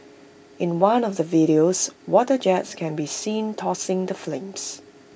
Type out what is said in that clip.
in one of the videos water jets can be seen dousing the flames